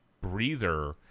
breather